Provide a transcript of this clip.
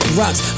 rocks